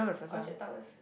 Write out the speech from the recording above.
Orchard Towers